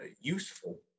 useful